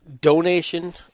donation